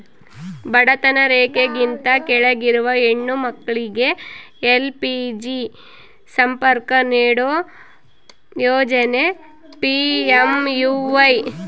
ಬಡತನ ರೇಖೆಗಿಂತ ಕೆಳಗಿರುವ ಹೆಣ್ಣು ಮಕ್ಳಿಗೆ ಎಲ್.ಪಿ.ಜಿ ಸಂಪರ್ಕ ನೀಡೋ ಯೋಜನೆ ಪಿ.ಎಂ.ಯು.ವೈ